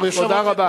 תודה רבה.